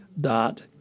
dot